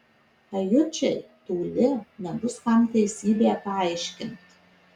ajučiai toli nebus kam teisybę paaiškint